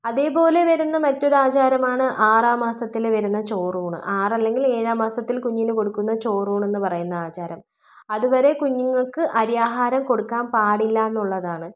അതുപോലെ വരുന്ന മറ്റൊരാചാരമാണ് ആറാം മാസത്തിൽ വരുന്ന ചോറൂണ് ആറ് അല്ലെങ്കിൽ ഏഴാം മാസത്തിൽ കുഞ്ഞിന് കൊടുക്കുന്ന ചോറൂണെന്ന് പറയുന്ന ആചാരം അതുവരെ കുഞ്ഞുങ്ങൾക്ക് അരിയാഹാരം കൊടുക്കാൻ പാടില്ലാന്നുള്ളതാണ്